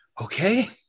Okay